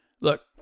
Look